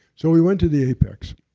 so we went to the apex.